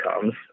comes